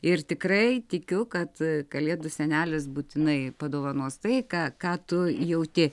ir tikrai tikiu kad kalėdų senelis būtinai padovanos tai ką ką tu jauti